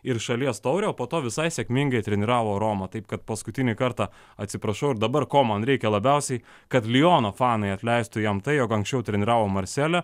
ir šalies taurę o po to visai sėkmingai treniravo romą taip kad paskutinį kartą atsiprašau ir dabar ko man reikia labiausiai kad liono fanai atleistų jam tai jog anksčiau treniravo marselį